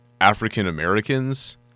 African-Americans